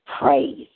Praise